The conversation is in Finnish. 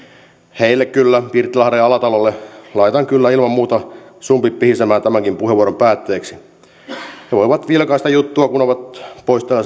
heille pirttilahdelle ja alatalolle laitan kyllä ilman muuta sumpit pihisemään tämänkin puheenvuoron päätteeksi he voivat vilkaista juttua kun ovat poissa täältä salissa ja